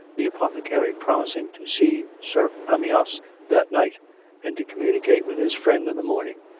the apothecary promising to see sir amyas that night and to communicate with his friend in the morning.